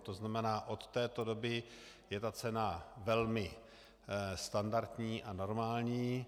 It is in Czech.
To znamená, od této doby je ta cena velmi standardní a normální.